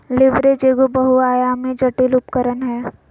leverage एगो बहुआयामी, जटिल उपकरण हय